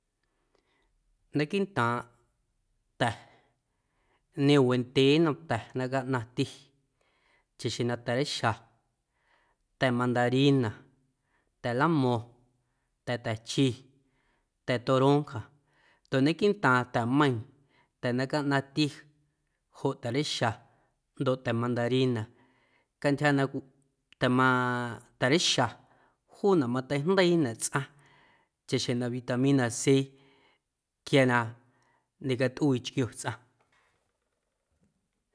Naquiiꞌntaaⁿꞌ ta̱ niom wendyee nnom ta̱ na caꞌnaⁿti chaꞌxjeⁿ na ta̱reixa, ta̱ mandarina, ta̱ lamo̱ⁿ, ta̱ta̱chi, ta̱ toronja ndoꞌ naquiiꞌntaaⁿ ta̱meiiⁿ ta̱ na caꞌnaⁿti joꞌ ta̱reixa ndoꞌ ta̱ mandarina cantyja na ta̱ maa ta̱reixa juunaꞌ mateijndeiinaꞌ tsꞌaⁿ chaꞌxjeⁿ na vitamina c quia na ñecatꞌuii chquio tsꞌaⁿ.